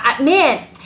Man